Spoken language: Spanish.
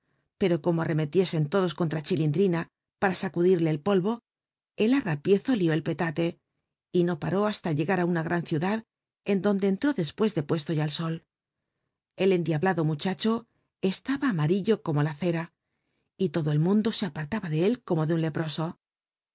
pero como arremcticen todos contra chilindl'ina para sacudirle el poho el arrapiezo licl el pctatr y no paró hasta llegar á una gran ciudad en donrlc entró dc puc de hie to ya el sol el cndiabla lo muchacho cslaha mnarillo como la cera y lodo el mundo aparta ha de él como de un leproso